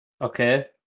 okay